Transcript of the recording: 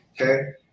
Okay